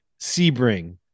Sebring